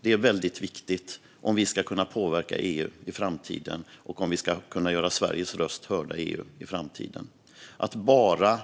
Det är väldigt viktigt om vi i framtiden ska kunna påverka och göra Sveriges röst hörd i EU. Att bara